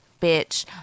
bitch